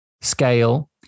scale